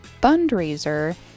fundraiser